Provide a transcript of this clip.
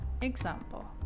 example